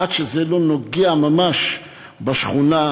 עד שזה לא נוגע ממש בשכונה,